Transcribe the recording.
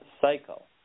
cycle